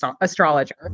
astrologer